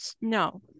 No